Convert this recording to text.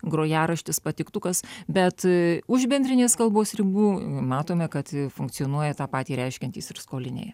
grojaraštis patiktukas bet už bendrinės kalbos ribų matome kad funkcionuoja tą patį reiškiantys ir skoliniai